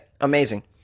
amazing